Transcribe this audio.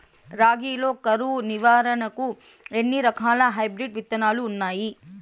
రాగి లో కరువు నివారణకు ఎన్ని రకాల హైబ్రిడ్ విత్తనాలు ఉన్నాయి